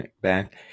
back